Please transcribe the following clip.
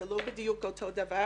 זה לא בדיוק אותו הדבר.